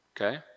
Okay